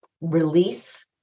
release